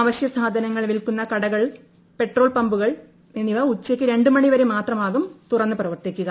അവശൃസാധനങ്ങൾ വിൽക്കുന്ന കടകളും പെട്രോൾ പമ്പുകളും ഉച്ചയ്ക്ക് രണ്ട് മണി വരെ മാത്രമാകും തുറന്ന് പ്രവർത്തിക്കുക